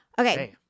Okay